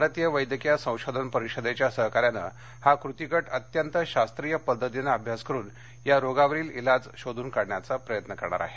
भारतीय वैद्यकीय संशोधन परिषद अर्थात आय सी एम आर च्या सहकार्यानं हा कृतीगट अत्यंत शास्त्रीय पद्धतीनं अभ्यास करुन या रोगावरील इलाज शोधून काढण्याचा प्रयत्न करणार आहे